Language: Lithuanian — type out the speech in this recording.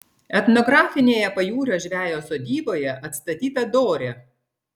etnografinėje pajūrio žvejo sodyboje atstatyta dorė